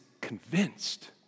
convinced